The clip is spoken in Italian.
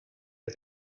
per